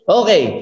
okay